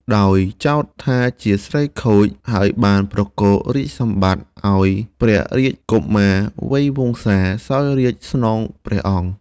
ដោយចោទថាជាស្រីខូច ហើយបានប្រគល់រាជសម្បត្តិឲ្យព្រះរាជកុមារវៃវង្សា សោយរាជ្យស្នងព្រះអង្គ។